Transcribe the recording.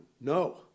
No